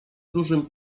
dużym